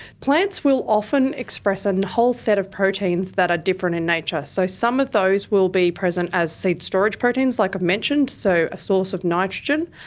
plants will often express a whole set of proteins that are different in nature. so, some of those will be present as seed storage proteins, like i've mentioned, so a source of nitrogen.